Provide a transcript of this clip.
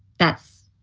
that's